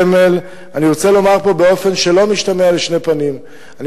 אני רוצה לומר פה באופן שלא משתמע לשתי פנים: אני